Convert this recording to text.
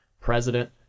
president